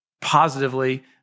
positively